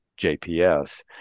JPS